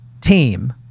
team